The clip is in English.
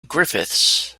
griffiths